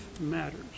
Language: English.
Matters